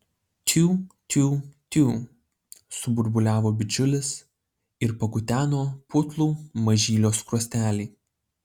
tiu tiu tiu suburbuliavo bičiulis ir pakuteno putlų mažylio skruostelį